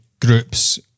groups